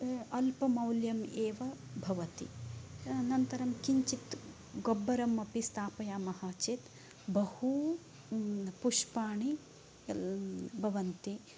अल्पमौल्यम् एव भवति अनन्तरं किञ्चित् गोब्बरमपि स्थापयामः चेत् बहु पुष्पाणि भवन्ति